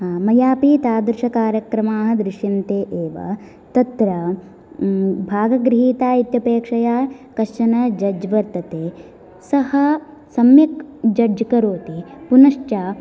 मयापि तादृशकार्यक्रमाः दृश्यन्ते एव तत्र भागगृहीता इत्यपेक्षया कश्चन जड्ज् वर्तते सः सम्यक् जड्ज् करोति पुनश्च